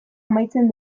amaitzen